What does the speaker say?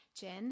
Jen